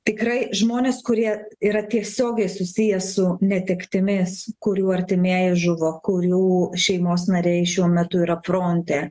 tikrai žmonės kurie yra tiesiogiai susiję su netektimis kurių artimieji žuvo kurių šeimos nariai šiuo metu yra fronte